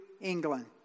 England